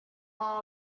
all